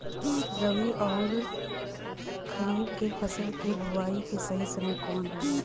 रबी अउर खरीफ के फसल के बोआई के सही समय कवन होला?